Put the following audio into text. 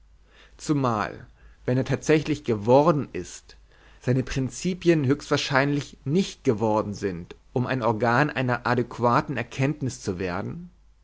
zumal wenn er tatsächlich geworden ist seine prinzipien höchst wahrscheinlich nicht geworden sind um ein organ einer adäquaten erkenntnis zu werden